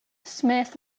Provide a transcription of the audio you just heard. smith